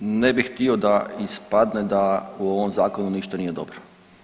Ne bih htio da ispadne da u ovom zakonu ništa nije dobro.